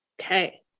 okay